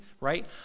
right